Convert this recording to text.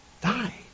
Die